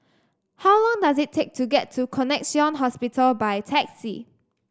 how long does it take to get to Connexion Hospital by taxi